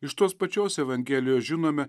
iš tos pačios evangelijos žinome